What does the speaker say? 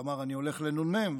ואמר: אני הולך לנ"מ,